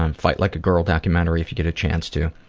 and fight like a girl documentary if you get a chance to.